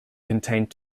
contained